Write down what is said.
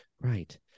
Right